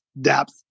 depth